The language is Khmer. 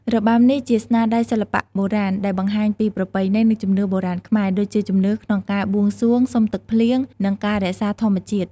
របាំនេះជាស្នាដៃសិល្បៈបុរាណ ដែលបង្ហាញពីប្រពៃណី និង ជំនឿបុរាណខ្មែរ ដូចជាជំនឿក្នុងការបួងសួងសុំទឹកភ្លៀង និង ការរក្សាធម្មជាតិ។